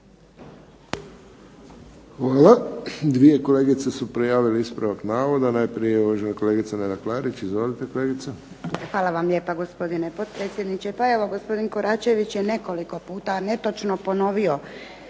Hvala. Dvije kolegice su prijavile ispravak navoda, najprije uvažena kolegica Neda Klarić. Izvolite. **Klarić, Nedjeljka (HDZ)** Hvala vam lijepa gospodine potpredsjedniče. Pa evo gospodin KOračević je nekoliko puta netočno ponovio